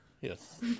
Yes